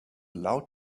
loud